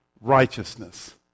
righteousness